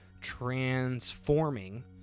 Transforming